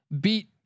beat